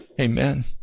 Amen